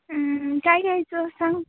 काय घ्यायचं सांग